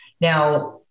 now